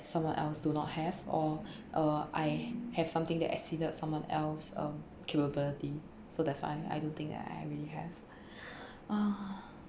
someone else do not have or uh I have something that acceded someone else um capability so that's why I don't think I really have ah